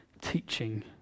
teaching